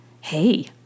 hey